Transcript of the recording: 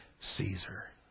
Caesar